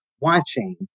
watching